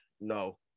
no